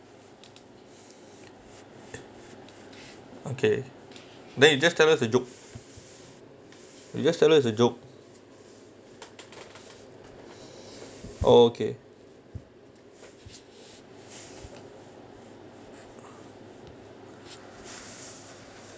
okay then you just tell her a joke you just tell her it's a joke okay